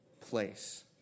place